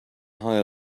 higher